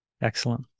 Excellent